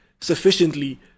sufficiently